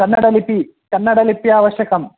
कन्नडलिपिः कन्नडलिपिः आवश्यकी